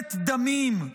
ממשלת דמים,